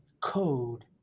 code